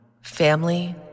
Family